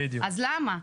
אז למה?